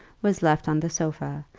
was left on the sofa,